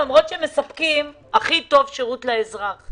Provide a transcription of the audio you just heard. למרות שהם מספקים לאזרח את השירות הכי טוב.